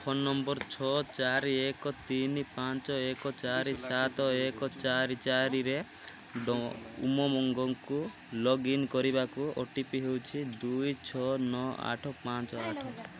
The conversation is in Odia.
ଫୋନ୍ ନମ୍ବର୍ ଛଅ ଚାରି ଏକ ତିନି ପାଞ୍ଚ ଏକ ଚାରି ସାତ ଏକ ଚାରି ଚାରିରେ ଡ ଉମଙ୍ଗକୁ ଲଗ୍ଇନ୍ କରିବାକୁ ଓ ଟି ପି ହେଉଛି ଦୁଇ ଛଅ ନଅ ଆଠ ପାଞ୍ଚ ଆଠ